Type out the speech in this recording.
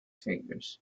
figures